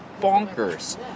bonkers